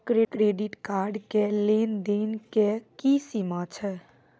Credit card के लेन देन के की सीमा छै?